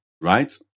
right